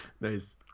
nice